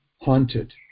haunted